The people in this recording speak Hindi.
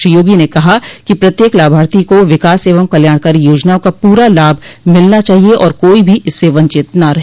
श्री योगी ने कहा कि प्रत्येक लाभार्थी को विकास एवं कल्याणकारी योजनाओं का पूरा लाभ मिलना चाहिए और कोई भी इससे वंचित न रहे